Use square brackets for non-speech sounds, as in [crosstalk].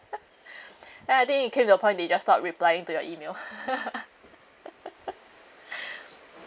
[breath] then I think it came to a point they just stopped replying to your email [laughs] [breath]